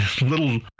little